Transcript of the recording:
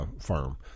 Firm